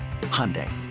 Hyundai